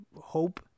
hope